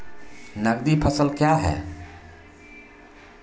नगदी फसल क्या हैं?